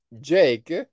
Jake